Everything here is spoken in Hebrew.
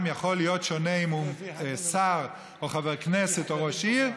יכול להיות שונה אם הוא שר או חבר כנסת או ראש עיר,